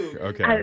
Okay